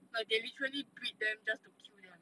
like they literally breed them just to kill them